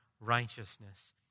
righteousness